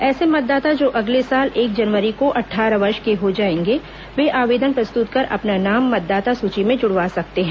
ऐसे मतदाता जो अगले साल एक जनवरी को अट्ठारह वर्ष के हो जाएंगे वे आवेदन प्रस्तुत कर अपना नाम मतदाता सूची में जुडवा सकते हैं